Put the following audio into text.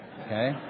Okay